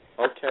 Okay